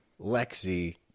Lexi